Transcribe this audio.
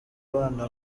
abana